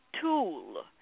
tool